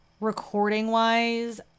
recording-wise